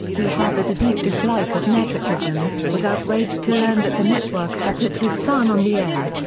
who harbored a deep dislike of nepotism, was outraged to learn that the network had put his son on the air.